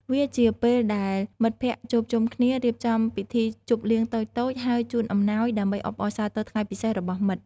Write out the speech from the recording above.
វាជាពេលដែលមិត្តភក្តិជួបជុំគ្នា រៀបចំពិធីជប់លៀងតូចៗ ហើយជូនអំណោយដើម្បីអបអរសាទរថ្ងៃពិសេសរបស់មិត្ត។